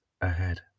Ahead